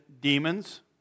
demons